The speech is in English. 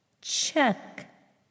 Check